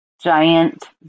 giant